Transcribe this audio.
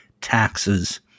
taxes